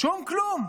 שום כלום.